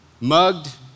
mugged